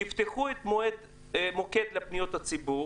תפתחו מוקד לפניות הציבור